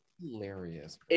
Hilarious